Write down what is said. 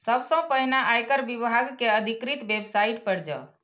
सबसं पहिने आयकर विभाग के अधिकृत वेबसाइट पर जाउ